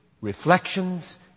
reflections